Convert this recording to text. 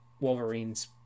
Wolverine's